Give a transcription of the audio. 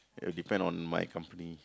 it depend on my company